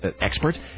expert